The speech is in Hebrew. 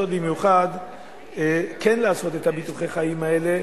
במיוחד כן לעשות את ביטוחי החיים האלה,